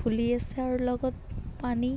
ফুলি আছে আৰু লগত পানী